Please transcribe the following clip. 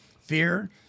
fear